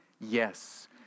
Yes